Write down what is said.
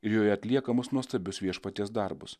ir joje atliekamus nuostabius viešpaties darbus